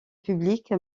public